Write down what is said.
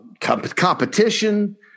competition